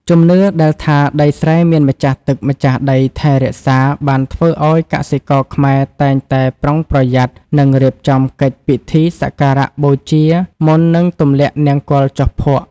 ជំនឿដែលថាដីស្រែមានម្ចាស់ទឹកម្ចាស់ដីថែរក្សា បានធ្វើឱ្យកសិករខ្មែរតែងតែប្រុងប្រយ័ត្ន និងរៀបចំកិច្ចពិធីសក្ការបូជាមុននឹងទម្លាក់នង្គ័លចុះភក់។